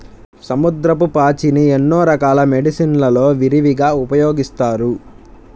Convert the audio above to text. సముద్రపు పాచిని ఎన్నో రకాల మెడిసిన్ లలో విరివిగా ఉపయోగిస్తారు